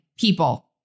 people